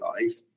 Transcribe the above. life